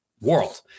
world